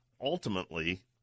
ultimately